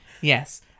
Yes